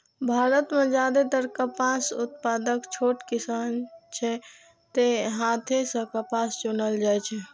भारत मे जादेतर कपास उत्पादक छोट किसान छै, तें हाथे सं कपास चुनल जाइ छै